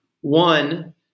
One